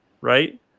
right